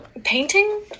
Painting